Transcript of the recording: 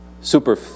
super